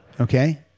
Okay